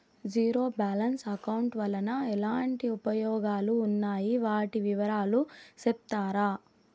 Zero balance account వలన ఎట్లాంటి ఉపయోగాలు ఉన్నాయి? వాటి వివరాలు సెప్తారా?